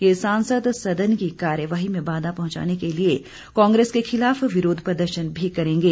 ये सांसद सदन की कार्यवाही में बाधा पहुंचाने के लिए कांग्रेस के खिलाफ विरोध प्रदर्शन भी करेंगे